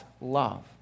love